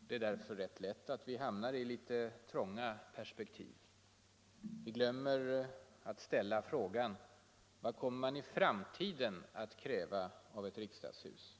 Det är därför rätt lätt att vi hamnar i litet trånga perspektiv. Vi glömmer att ställa frågan: Vad kommer man i framtiden att kräva av ett riksdagshus?